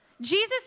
Jesus